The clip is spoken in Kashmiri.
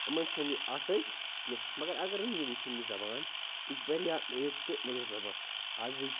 یِمَن چھَنہٕ یہِ اَتھ سۭتۍ کیٚنٛہہ مگر اگر یِم یہِ وُچھَن یہِ زَبان یہِ چھِ واریاہ میٖٹھ تہٕ مٔدٕر زَبان اَزٕکۍ